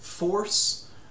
Force